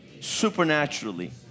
supernaturally